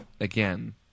again